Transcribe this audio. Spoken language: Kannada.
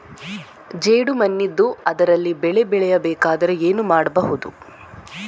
ಜೇಡು ಮಣ್ಣಿದ್ದು ಅದರಲ್ಲಿ ಬೆಳೆ ಬೆಳೆಯಬೇಕಾದರೆ ಏನು ಮಾಡ್ಬಹುದು?